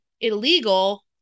illegal